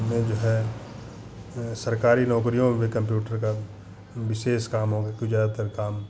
में जो है सरकारी नौकरियों में भी कम्प्यूटर का विशेष काम हो के ज़्यादातर काम